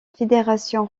fédération